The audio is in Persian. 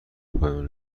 پایان